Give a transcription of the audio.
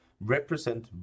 represent